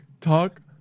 Talk